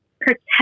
protect